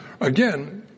again